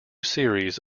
series